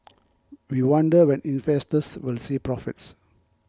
we wonder when investors will see profits